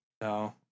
no